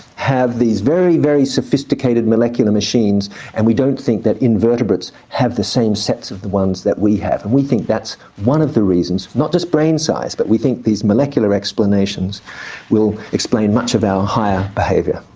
have these very, very sophisticated molecular machines and we don't think that invertebrates have the same sets of the ones that we have. and we think that's one of the reasons, not just brain size, but we think these molecular explanations will explain much of our higher behaviour.